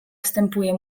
wstępuje